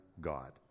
God